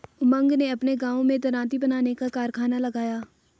उमंग ने अपने गांव में दरांती बनाने का कारखाना लगाया